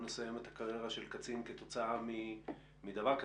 נסיים את הקרירה של קצין כתוצאה מדבר כזה.